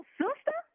sister